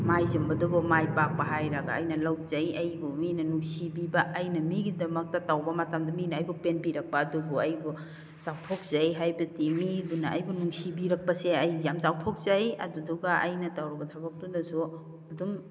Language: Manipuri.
ꯃꯥꯏ ꯆꯨꯝꯕꯗꯨꯕꯨ ꯃꯥꯏ ꯄꯥꯛꯄ ꯍꯥꯏꯔꯒ ꯑꯩꯅ ꯂꯧꯖꯩ ꯑꯩꯕꯨ ꯃꯤꯅ ꯅꯨꯡꯁꯤꯕꯤꯕ ꯑꯩꯅ ꯃꯤꯒꯤꯗꯃꯛꯇ ꯇꯧꯕ ꯃꯇꯝꯗ ꯃꯤꯅ ꯑꯩꯕꯨ ꯄꯦꯟꯕꯤꯔꯛꯄ ꯑꯗꯨꯕꯨ ꯑꯩꯕꯨ ꯆꯥꯎꯊꯣꯛꯆꯩ ꯍꯥꯏꯕꯗꯤ ꯃꯤꯗꯨꯅ ꯑꯩꯕꯨ ꯅꯨꯡꯁꯤꯕꯤꯔꯛꯄꯁꯦ ꯑꯩ ꯌꯥꯝ ꯆꯥꯎꯊꯣꯛꯆꯩ ꯑꯗꯨꯗꯨꯒ ꯑꯩꯅ ꯇꯧꯔꯨꯕ ꯊꯕꯛꯇꯨꯅꯁꯨ ꯑꯗꯨꯝ